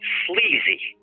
sleazy